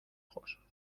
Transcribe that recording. ojos